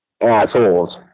assholes